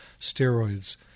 steroids